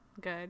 Good